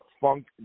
Funk